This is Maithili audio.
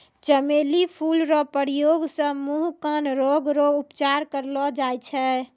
चमेली फूल रो प्रयोग से मुँह, कान रोग रो उपचार करलो जाय छै